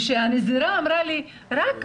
כשהנזירה אמרה לי רק בקרונית,